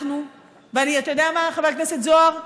אתה יודע מה, חבר הכנסת זוהר,